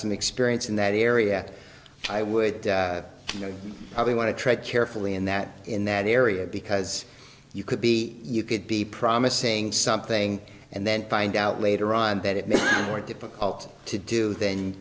some experience in that area i would probably want to tread carefully in that in that area because you could be you could be promising something and then find out later on that it may be more difficult to do than